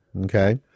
Okay